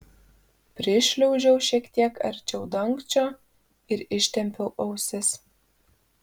prišliaužiau šiek tiek arčiau dangčio ir ištempiau ausis